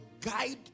guide